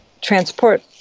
transport